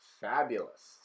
Fabulous